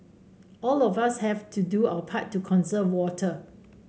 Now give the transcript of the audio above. all of us have to do our part to conserve water